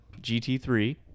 GT3